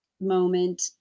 moment